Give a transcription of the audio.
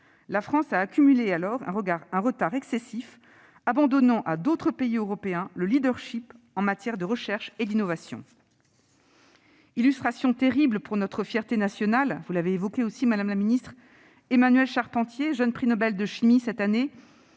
la France a accumulé un retard excessif, abandonnant à d'autres pays européens le leadership en matière de recherche et d'innovation. Illustration terrible de cette situation pour notre fierté nationale- vous l'avez évoquée, madame la ministre -, Emmanuelle Charpentier, jeune prix Nobel de chimie cette année,